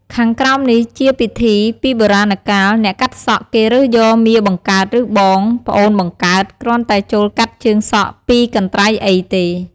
ខាងក្រោមនេះជាពិធីពីបុរាណកាល អ្នកកាត់សក់ គេរើសយកមាបង្កើត ឬបង ប្អូនបង្កើត គ្រាន់តែចូលកាត់ជើងសក់ពីរកន្ត្រៃអីទេ។